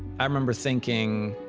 i remember thinking,